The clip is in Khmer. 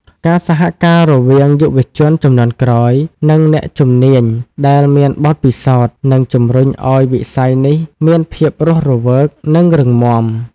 ការសហការរវាងយុវជនជំនាន់ក្រោយ និងអ្នកជំនាញដែលមានបទពិសោធន៍ នឹងជំរុញឱ្យវិស័យនេះមានភាពរស់រវើក និងរឹងមាំ។